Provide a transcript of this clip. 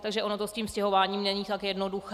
Takže ono to s tím stěhováním není tak jednoduché.